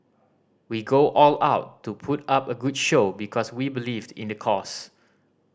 we go all out to put up a good show because we believed in the cause